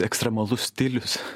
ekstremalus stilius